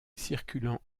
circulant